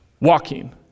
walking